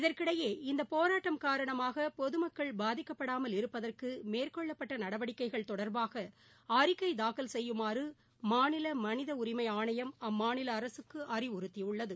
இதற்கிடையே இந்த போராட்டம் காரணமாக பொதுமக்கள் பாதிக்கப்படாமல் இருப்பதற்கு மேற்கொள்ளப்பட்ட நடவடிக்கைகள் தொடர்பாக அழிக்கை தாக்கல் செய்யுமாறு மாநில மனித உரிமை ஆணையம் அம்மாநில அரசுக்கு அறிவுறுத்தியுள்ளது